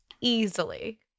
Easily